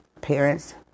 parents